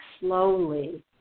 slowly